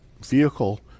vehicle